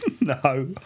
No